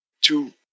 two